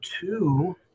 two